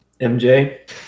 MJ